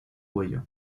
cuello